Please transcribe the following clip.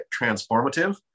transformative